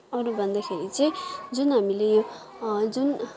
अरू भन्दाखेरि चाहिँ जुन हामीले जुन